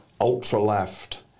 ultra-left